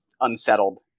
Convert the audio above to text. unsettled